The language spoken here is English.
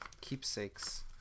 keepsakes